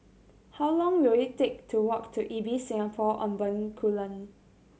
how long will it take to walk to Ibis Singapore On Bencoolen